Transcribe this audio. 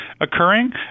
occurring